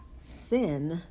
sin